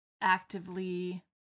Actively